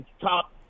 top